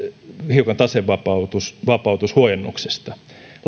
hiukan tasevapautushuojennuksesta